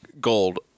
gold